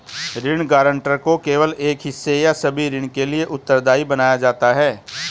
ऋण गारंटर को केवल एक हिस्से या सभी ऋण के लिए उत्तरदायी बनाया जाता है